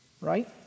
right